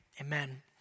Amen